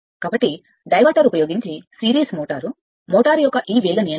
కాబట్టి డైవర్టర్ ఉపయోగించి series motor motor యొక్క ఈ వేగ నియంత్రణ